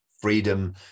freedom